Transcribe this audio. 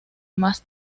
más